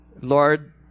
Lord